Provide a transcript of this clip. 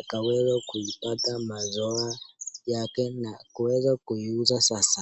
akaweza kuipata mazao yake na kuweza kuiuza sasa.